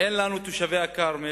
אין לנו, תושבי הכרמל,